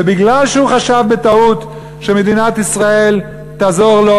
ומכיוון שהוא חשב בטעות שמדינת ישראל תעזור לו,